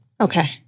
Okay